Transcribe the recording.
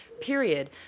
period